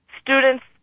students